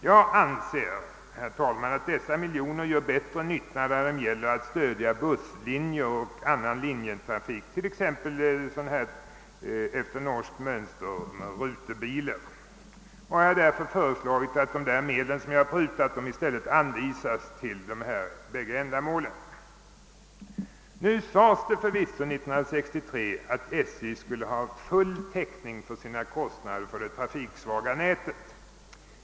Jag anser, herr talman, att dessa miljoner gör större nytta när det gäller att stödja busslinjer och annan linjetrafik, t.ex. sådan som efter norskt mönster utförs med den s.k. rutebilen. Jag har därför föreslagit att en summa motsvarande min nedprutning av kostnaden för kollektivbiljetten anvisas till dessa bägge ändamål. Det uttalades förvisso år 1963 att SJ skulle ha full täckning för sina kostnader för det trafiksvaga nätet.